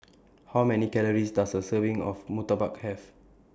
How Many Calories Does A Serving of Murtabak Have